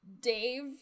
Dave